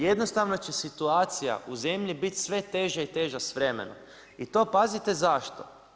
Jednostavno će situacija u zemlji biti sve teža i teža s vremenom i to pazite zašto.